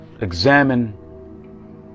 examine